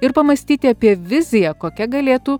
ir pamąstyti apie viziją kokia galėtų